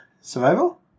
survival